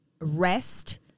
rest